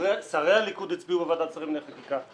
שרי הליכוד הצביעו בוועדת שרים לחקיקה,